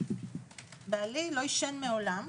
הוא לא עישן מעולם.